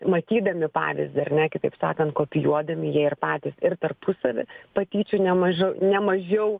matydami pavyzdį ar ne kitaip sakant kopijuodami jie ir patys ir tarpusavy patyčių ne maža nemažiau